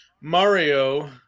Mario